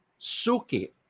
Suki